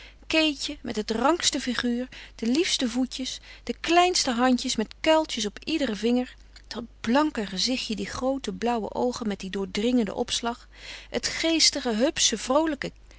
keetje met het rankste figuur de liefste voetjes de kleinste handjes met kuiltjes op iederen vinger dat blanke gezichtje die groote blauwe oogen met dien doordringenden opslag het geestige hupsche vroolijke